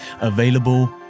available